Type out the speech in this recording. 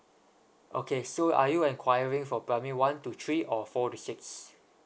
okay so are you inquiring for primary one to three or four to six